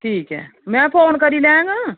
ठीक ऐ मैं फोन करी लैङ